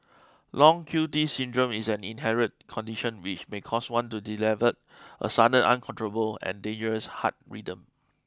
long Q T syndrome is an inherited condition which may cause one to develop a sudden uncontrollable and dangerous heart rhythm